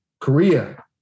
Korea